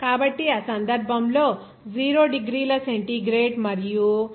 కాబట్టి ఆ సందర్భంలో 0 డిగ్రీల సెంటీగ్రేడ్ మరియు 100